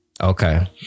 okay